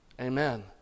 Amen